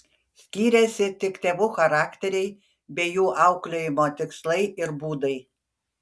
skyrėsi tik tėvų charakteriai bei jų auklėjimo tikslai ir būdai